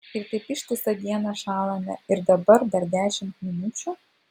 ir taip ištisą dieną šąlame ir dabar dar dešimt minučių